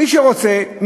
מי שרוצה,